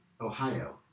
Ohio